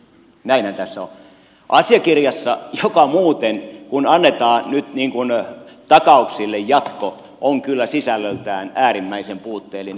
näinhän tässä on asiakirjassa joka muuten kun annetaan nyt takauksille jatko on kyllä sisällöltään äärimmäisen puutteellinen